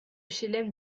chelem